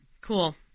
Cool